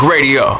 Radio